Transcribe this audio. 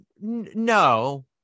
no